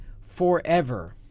forever